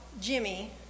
Jimmy